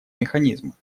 механизма